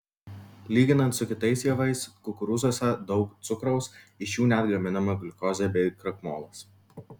lyginant su kitais javais kukurūzuose daug cukraus iš jų net gaminama gliukozė bei krakmolas